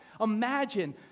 Imagine